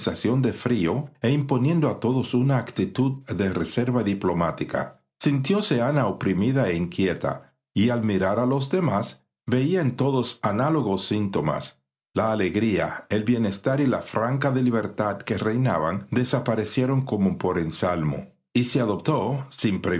de frío e imponiendo a todos una actitud de reserva diplomática sintióse ana oprimida e inquieta y al mirar a los demás veía en todos análogos síntomas la alegría el bienestar y la franca libertad que reinaban desaparecieron como por ensalmo y se adoptó sin